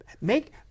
Make